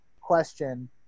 question